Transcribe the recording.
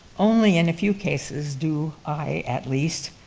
only in a few cases do i, at least,